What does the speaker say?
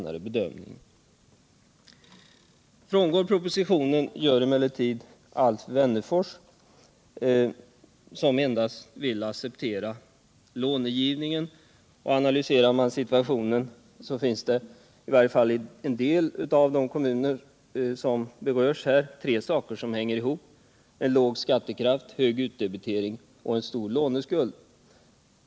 Alf Wennerfors frångår emellertid propositionen och vill endast acceptera långivningen. Analyserar man situationen, finner man att i varje fall i vissa av de kommuner som berörs finns tre saker som hör ihop: låg skattekraft, hög utdebitering och en stor låneskuld.